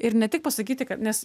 ir ne tik pasakyti kad nes